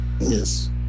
Yes